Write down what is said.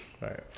Right